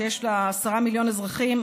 שיש לה עשרה מיליון אזרחים,